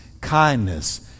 kindness